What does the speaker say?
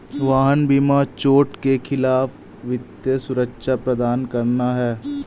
वाहन बीमा चोट के खिलाफ वित्तीय सुरक्षा प्रदान करना है